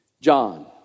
John